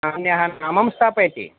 अन्यत् नाम स्थापयति